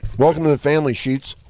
welcome to the family, sheetz.